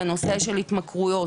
לנושא של התמכרויות,